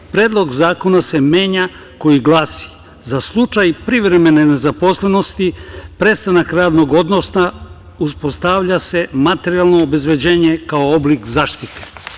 Član Predloga zakona se menja i glasi: „Za slučaj privremene nezaposlenosti, prestanak radnog odnosa, uspostavlja se materijalno obezbeđenje kao oblik zaštite.